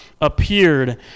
appeared